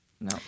no